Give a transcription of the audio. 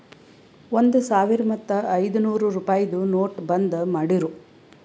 ಒಂದ್ ಸಾವಿರ ಮತ್ತ ಐಯ್ದನೂರ್ ರುಪಾಯಿದು ನೋಟ್ ಬಂದ್ ಮಾಡಿರೂ